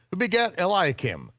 who begat eliakim,